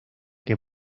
que